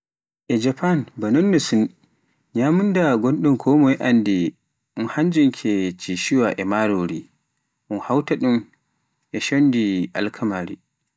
E Japan ba nonno Sin nyamunda gonɗum konmoye anndi e hannjum ke Sichua e marori, un hawta ɗum e shondi alkamari